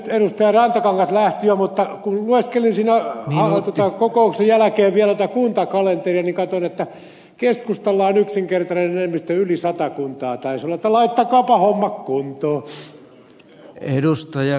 rantakangas lähti jo mutta kun lueskelin siinä kokouksen jälkeen vielä tätä kuntakalenteria niin katsoin että keskustalla taisi olla yksinkertainen enemmistö yli sadassa kunnassa niin että laittakaapa hommat kuntoon